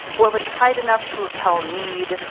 what when tight enough to repel need,